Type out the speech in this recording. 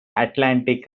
atlantic